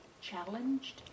challenged